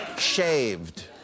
Shaved